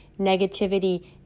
negativity